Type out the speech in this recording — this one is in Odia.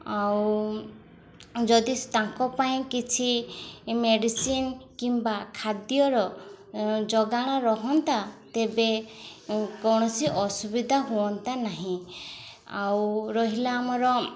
ଆଉ ଯଦି ତାଙ୍କ ପାଇଁ କିଛି ମେଡ଼ିସିନ୍ କିମ୍ବା ଖାଦ୍ୟର ଯୋଗାଣ ରୁହନ୍ତା ତେବେ କୌଣସି ଅସୁବିଧା ହୁଅନ୍ତା ନାହିଁ ଆଉ ରହିଲା ଆମର